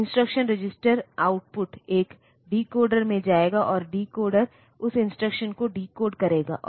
तो instruction registers output एक decoder में जाएगा और डिकोडर उस इंस्ट्रक्शन को डिकोड करेगा